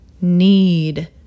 need